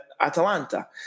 atalanta